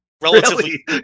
Relatively